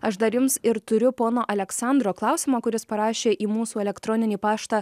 aš dar jums ir turiu pono aleksandro klausimą kuris parašė į mūsų elektroninį paštą